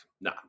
no